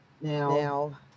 Now